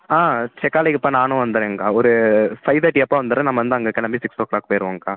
ஆ செக்காலைக்கு இப்போ நானும் வந்துடுறேன்க்கா ஒரு ஃபைவ் தேர்ட்டி அப்போது வந்துடுறேன் நம்ம வந்து அங்கே கிளம்பி சிக்ஸ் ஓ க்ளாக் போயிடுவோக்கா